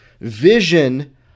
vision